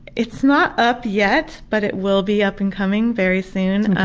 it's not up yet, but it will be up and coming very soon,